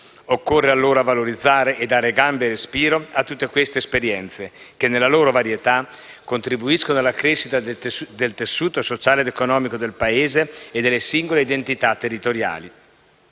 Occorre allora valorizzare e dare gambe e respiro a tutte queste esperienze che, nella loro varietà, contribuiscono alla crescita del tessuto sociale ed economico del Paese e delle singole identità territoriali.